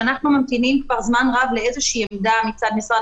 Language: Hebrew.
אנחנו ממתינים כבר זמן רב לאיזושהי עמדה מצד משרד